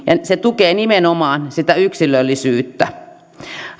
se tukee nimenomaan sitä yksilöllisyyttä